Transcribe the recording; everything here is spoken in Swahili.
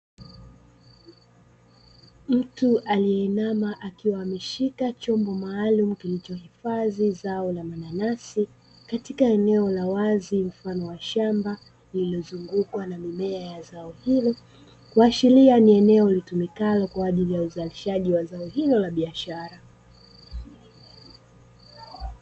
Mtu aliyeinama, akiwa ameshika chombo maalumu kilichohifadhi zao la mananasi, katika eneo la wazi mfano wa shamba lililozungukwa na mimea ya zao hilo, kuashiria ni eneo litumikalo kwa ajili ya uzalishaji wa zao hilo la biashara.